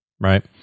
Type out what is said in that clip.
Right